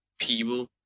people